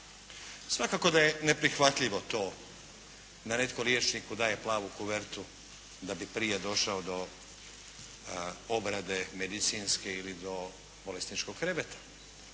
Svakako da je neprihvatljivo to da netko liječniku daje plavu kovertu da bi prije došao do obrade medicinske ili do bolesničkog kreveta.